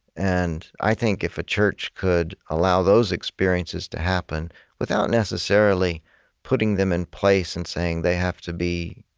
and i think if a church could allow those experiences to happen without necessarily putting them in place and saying they have to be